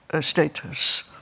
status